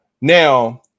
Now